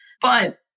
But-